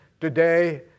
today